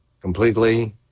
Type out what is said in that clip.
completely